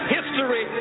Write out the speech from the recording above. History